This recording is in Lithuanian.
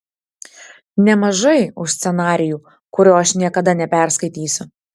nemažai už scenarijų kurio aš niekada neperskaitysiu